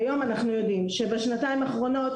והיום אנחנו יודעים שבשנתיים האחרונות